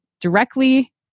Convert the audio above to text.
directly